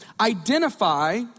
identify